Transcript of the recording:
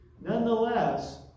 Nonetheless